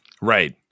Right